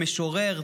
משורר,